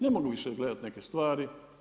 Ne mogu više gledati neke stvari.